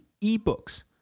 e-books